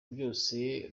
byose